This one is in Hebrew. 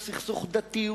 הוא סכסוך דתי,